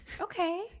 okay